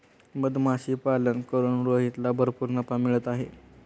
मधमाशीपालन करून रोहितला भरपूर नफा मिळत आहे